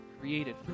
created